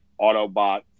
Autobot